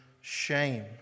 shame